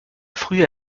frühe